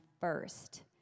first